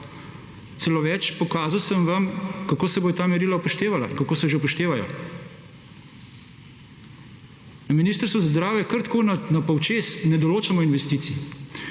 Celo več, pokazal sem vam, kako se bojo ta merila upoštevala, kako se že upoštevajo. Na Ministrstvu za zdravje kar tako na počez ne določamo investicij.